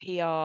PR